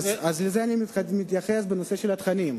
אז לזה אני מתייחס בנושא של התכנים.